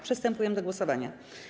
Przystępujemy do głosowania.